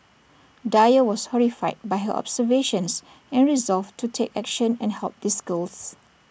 dyer was horrified by her observations and resolved to take action and help these girls